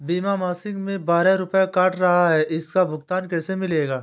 बीमा मासिक में बारह रुपय काट रहा है इसका भुगतान कैसे मिलेगा?